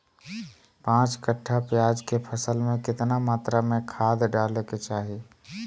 पांच कट्ठा प्याज के फसल में कितना मात्रा में खाद डाले के चाही?